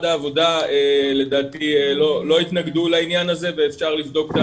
העבודה לדעתי לא יתנגדו לעניין הזה ואפשר לבדוק.